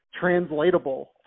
translatable